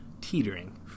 teetering